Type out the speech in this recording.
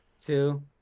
two